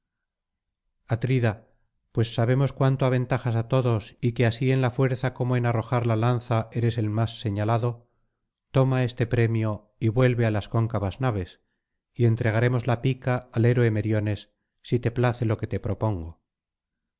atridal pues sabemos cuánto aventajas á todos y que así en la fuerza como en arrojar la lanza eres el más señalado toma este premio y vuelve á las cóncavas naves y entregaremos la pica al héroe meriones si te place lo que te propongo